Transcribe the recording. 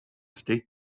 state